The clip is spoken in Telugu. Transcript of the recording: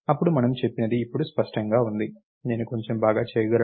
అప్పుడు మనము చెప్పినది ఇప్పుడు స్పష్టంగా ఉంది నేను కొంచెం బాగా చేయగలను